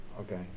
Okay